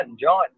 John